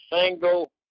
single